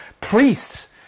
priests